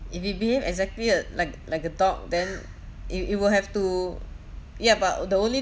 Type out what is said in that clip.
if we behave exactly uh like like a dog then it it will have to ya but the only